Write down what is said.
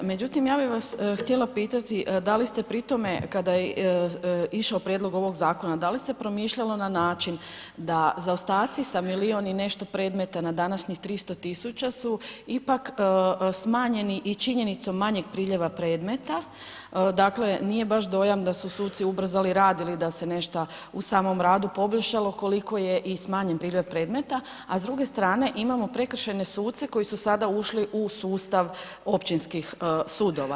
Međutim, ja bih vas htjela pitati da li ste pritome, kada je išao prijedlog ovog zakona da li se promišljalo na način da zaostaci sa milion i nešto predmeta na današnjih 300.000 su ipak smanjeni i činjenicom manjeg priljeva predmeta, dakle nije baš dojam da su suci ubrzali rad ili da se nešto u samom radu poboljšalo koliko je i smanjen priljev predmeta, a s druge strane imamo prekršajne suce koji su sada ušli u sustav općinskih sudova.